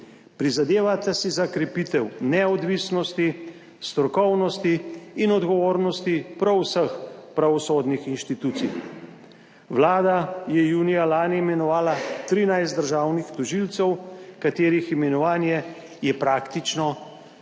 Prizadevata si za krepitev neodvisnosti, strokovnosti in odgovornosti prav vseh pravosodnih institucij. Vlada je junija lani imenovala 13 državnih tožilcev, katerih imenovanje je praktično blokiral